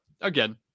again